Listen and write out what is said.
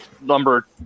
number